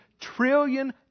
trillion